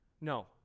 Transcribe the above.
No